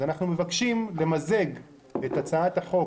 אז אנחנו מבקשים למזג את הצעות החוק.